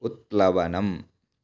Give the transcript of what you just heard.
उत्प्लवनम्